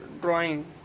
drawing